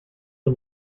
you